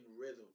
rhythm